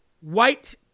white